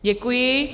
Děkuji.